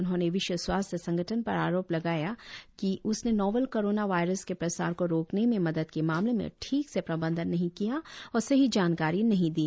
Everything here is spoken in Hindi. उन्होंने विश्व सवास्थ्य संगठन पर आरोप लगाया कि उसने नोवल कोरोना वायरस के प्रसार को रोकने में मदद के मामले में ठीक से प्रबंधन नहीं किया और सही जानकारी नहीं दी